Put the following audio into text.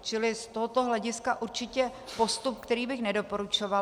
Čili z tohoto hlediska určitě postup, který bych nedoporučovala.